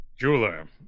jeweler